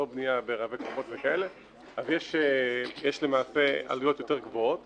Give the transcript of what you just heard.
לא בנייה ברבי קומות, אז יש עלויות יותר גבוהות